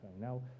Now